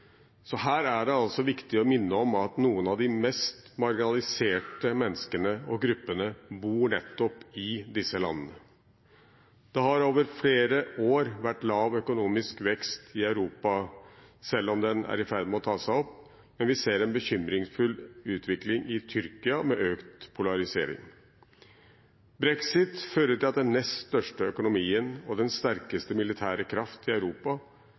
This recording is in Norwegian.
så her er det altså viktig å minne om at noen av de mest marginaliserte menneskene og gruppene bor nettopp i disse landene. Det har over flere år vært lav økonomisk vekst i Europa, selv om den er i ferd med å ta seg opp, men vi ser en bekymringsfull utvikling i Tyrkia med økt polarisering. Brexit fører til at den nest største økonomien og den sterkeste militære kraft i Europa